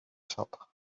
shop